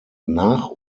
nach